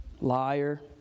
liar